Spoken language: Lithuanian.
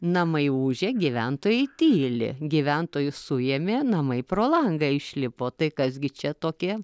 namai ūžia gyventojai tyli gyventojus suėmė namai pro langą išlipo tai kas gi čia tokie